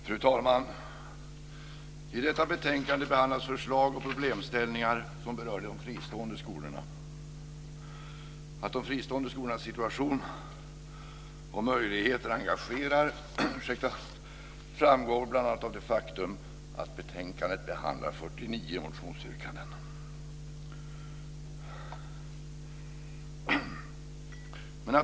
Fru talman! I detta betänkande behandlas förslag och problemställningar som berör de fristående skolorna. Att de fristående skolornas situation och möjligheter engagerar framgår bl.a. av det faktum att betänkandet behandlar 49 motionsyrkanden.